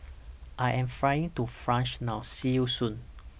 I Am Flying to France now See YOU Soon